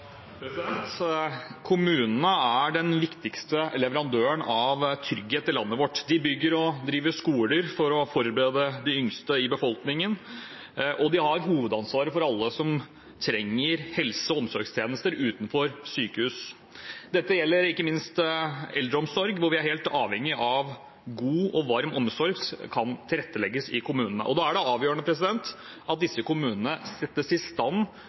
Kommunene er den viktigste leverandøren av trygghet i landet vårt. De bygger og driver skoler for å forberede de yngste i befolkningen, og de har hovedansvaret for alle som trenger helse- og omsorgstjenester utenfor sykehus. Dette gjelder ikke minst eldreomsorg, hvor vi er helt avhengige av at god og varm omsorg kan tilrettelegges i kommunene. Da er det avgjørende at disse kommunene settes i stand